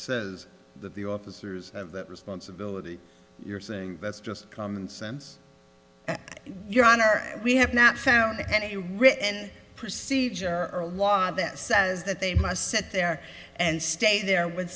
says that the officers of that responsibility you're saying that's just common sense your honor we have not found any written procedure or law that says that they must sit there and stay there with